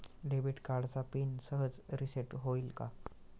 Debit कार्डचा pin सहज reset होईल का?